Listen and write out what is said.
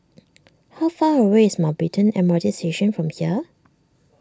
how far away is Mountbatten M R T Station from here